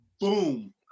boom